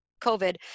COVID